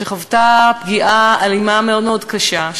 שחוותה פגיעה אלימה מאוד מאוד קשה,